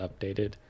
updated